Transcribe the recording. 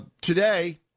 Today